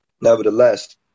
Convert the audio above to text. nevertheless